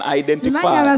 identify